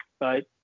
Right